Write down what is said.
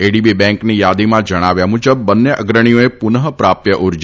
ADB બેંકની થાદીમાં જણાવ્યા મુજબ બંને અગ્રણીઓએ પુનઃ પ્રાપ્ય ઉર્જા